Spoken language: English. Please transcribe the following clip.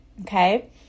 Okay